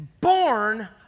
born